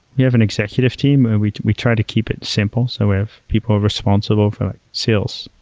we have an executive team and we we try to keep it simple. so if people are responsible for like sales,